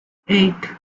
eight